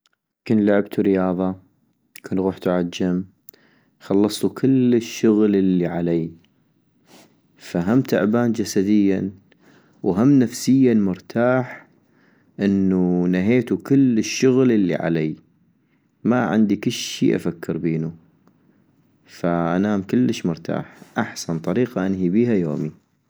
كن لعبتو رياضة ،كن غحتو عالجم، خلصتو كل الشغل الي علي - فهم تعبان جلدياً وهم نفسياً مرتاح انو نهيتو كل الشغل الي علي ، ماعندي كلشي أفكر بينو ،فانام كلش مرتاح - احسن طريقة أنهي بيها يومي